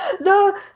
No